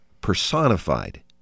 personified